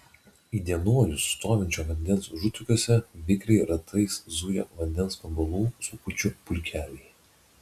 įdienojus stovinčio vandens užutėkiuose vikriai ratais zuja vandens vabalų sukučių pulkeliai